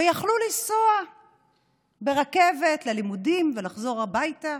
ויכלו לנסוע ברכבת ללימודים ולחזור הביתה.